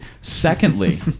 Secondly